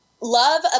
love